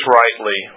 rightly